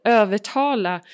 övertala